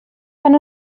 fan